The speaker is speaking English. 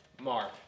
Mark